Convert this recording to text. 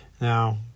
Now